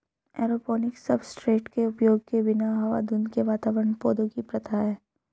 aeroponics substrate के उपयोग के बिना हवा धुंध के वातावरण पौधों की प्रथा है